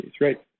right